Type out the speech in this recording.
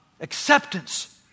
acceptance